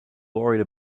worried